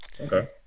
Okay